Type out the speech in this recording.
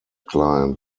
client